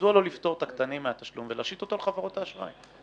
מדוע לא לפטור את הקטנים מהתשלום ולהשית אותו על חברות האשראי?